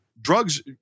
drugs